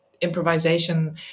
improvisation